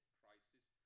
crisis